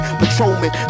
patrolman